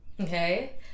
Okay